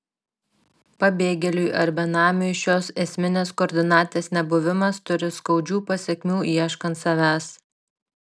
pabėgėliui ar benamiui šios esminės koordinatės nebuvimas turi skaudžių pasekmių ieškant savęs